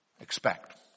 Expect